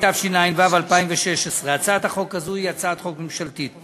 התשע"ו 2016. הצעת החוק הזו היא הצעת חוק ממשלתית.